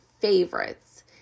favorites